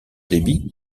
débit